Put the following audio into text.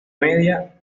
media